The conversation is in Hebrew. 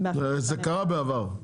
זה קרה בעבר.